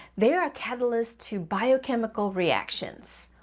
they are catalysts to biochemical reactions.